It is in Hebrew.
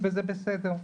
וזה בסדר.